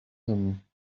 him